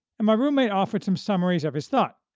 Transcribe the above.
and my roommate offered some summaries of his thought.